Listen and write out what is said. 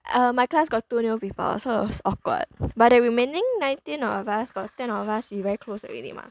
um my class got two new people so it's awkward but the remaining nineteen of us got ten of us we very close already mah